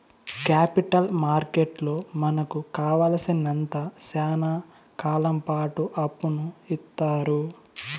capital మార్కెట్లో మనకు కావాలసినంత శ్యానా కాలంపాటు అప్పును ఇత్తారు